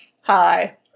hi